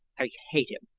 i hate him!